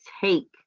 take